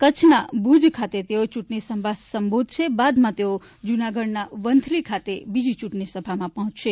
કચ્છમાં ભુજ ખાતે ચૂંટણી સભા સંબોધ્યા બાદ તેઓ જૂનાગઢના વંથલી ખાતે બીજી ચૂંટણીસભા માટે પહોંચશે